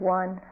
one